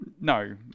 No